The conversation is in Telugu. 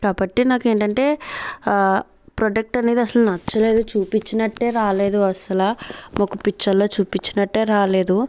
కాబట్టి నాకు ఏంటంటే ఆ ప్రోడక్ట్ అనేది అసలు నచ్చలేదు చూపించినట్టే రాలేదు అసలు మాకు పిక్చర్లో చూపించినట్టే రాలేదు